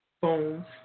phones